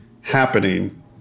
happening